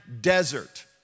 desert